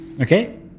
Okay